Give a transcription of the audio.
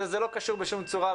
זה לא קשור בשום צורה,